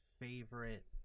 favorite